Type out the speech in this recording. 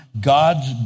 God's